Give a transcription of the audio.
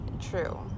true